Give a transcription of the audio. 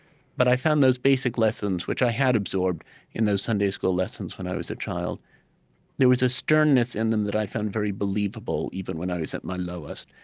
but i found those basic lessons, which i had absorbed in those sunday school lessons when i was a child there was a sternness in them that i found very believable, even when i was at my lowest.